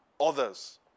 others